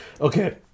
Okay